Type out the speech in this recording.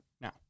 Now